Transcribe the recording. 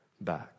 back